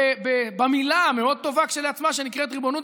במילה המאוד-טובה כשלעצמה שנקראת "ריבונות".